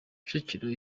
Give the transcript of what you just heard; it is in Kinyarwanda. kicukiro